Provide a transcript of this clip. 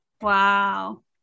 Wow